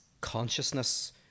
consciousness